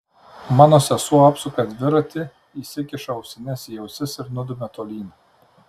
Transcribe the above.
mano sesuo apsuka dviratį įsikiša ausines į ausis ir nudumia tolyn